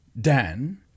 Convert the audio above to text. Dan